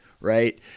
Right